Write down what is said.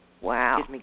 Wow